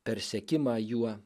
per sekimą juo